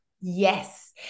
yes